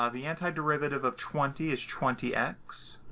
ah the antiderivative of twenty is twenty x.